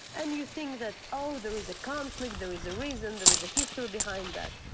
and you think that, oh there is a conflict. there is a reason. there is a history behind that.